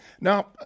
Now